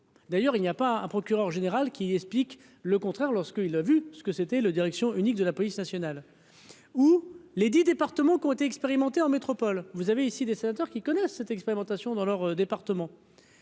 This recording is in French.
d'ailleurs il n'y a pas un procureur général qui explique le contraire lorsqu'il a vu ce que c'était le direction unique de la police nationale ou les 10 départements qui ont été expérimentées en métropole, vous avez ici des sénateurs qui connaissent cette expérimentation dans leur département.